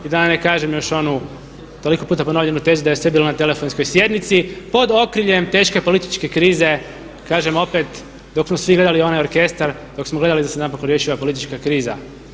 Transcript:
I da vam ne kažem još onu toliko puta ponovljenu tezu da je sve bilo na telefonskoj sjednici pod okriljem teške političke krize, kažem opet dok smo svi gledali onaj orkestar, dok smo gledali da se napokon riješi ova politička kriza.